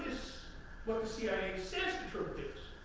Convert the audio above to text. what the cia says the truth is.